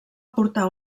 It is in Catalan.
portar